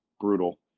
brutal